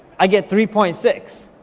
i get three point six,